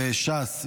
וש"ס.